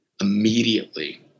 immediately